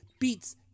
beats